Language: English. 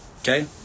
Okay